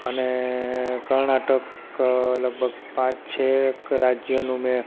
અને કર્ણાટક લગભગ પાંચ છ એક રાજયનું મેં